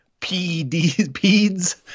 peds